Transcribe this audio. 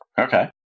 Okay